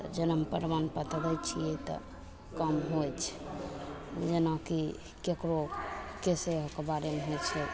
आओर जनम प्रमाणपत्र दै छिए तऽ काम होइ छै जेनाकि ककरो केसेके बारेमे होइ छै